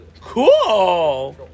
Cool